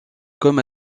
comme